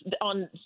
on